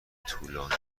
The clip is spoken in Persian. طولانی